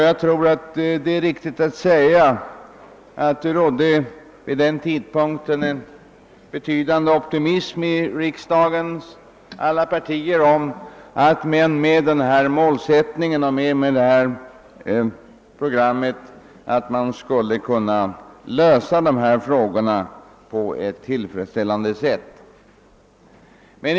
Jag tror att det är riktigt att säga att det vid den tidpunkten rådde en betydande optimism inom riksdagens alla partier om att man med denna målsättning och detta program skulle kunna lösa dessa frågor på ett tillfredsställande sätt.